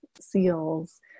seals